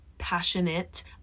passionate